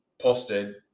posted